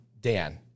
Dan